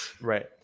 right